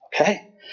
okay